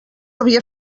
havia